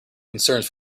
concerns